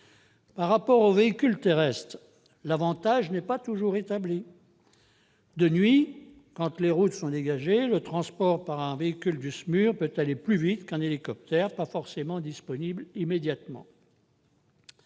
Par rapport aux véhicules terrestres, l'avantage n'est donc pas toujours établi. De nuit, quand les routes sont dégagées, le transport par un véhicule du SMUR peut aller plus vite que le transport par un hélicoptère pas forcément disponible immédiatement.